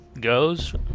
goes